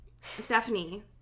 Stephanie